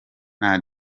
nta